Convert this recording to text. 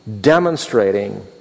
demonstrating